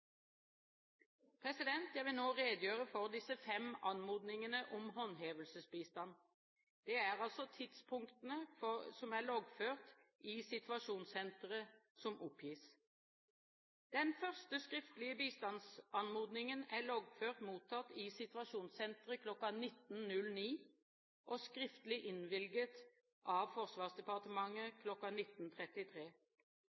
Jeg vil nå redegjøre for disse fem anmodningene om håndhevelsesbistand. Det er altså tidspunktene som er loggført i Situasjonssenteret, som oppgis. Den første skriftlige bistandsanmodningen er loggført mottatt i Situasjonssenteret kl. 19.09, og skriftlig innvilget av Forsvarsdepartementet